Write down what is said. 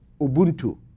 Ubuntu